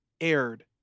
aired